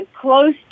close